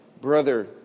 brother